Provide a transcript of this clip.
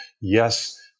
yes